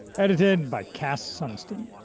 edited by cass sunstein.